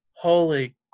Holy